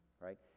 right